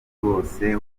bose